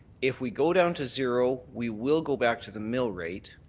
if we go down to zero, we will go back to the mill rate.